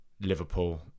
Liverpool